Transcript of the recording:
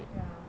ya